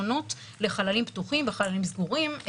שונות לחללים פתוחים וחללים סגורים.